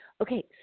okay